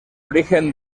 origen